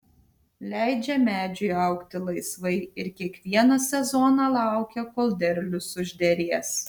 leidžia medžiui augti laisvai ir kiekvieną sezoną laukia kol derlius užderės